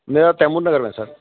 میرا تیمور نگر میں ہے سر